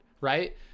right